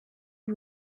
uru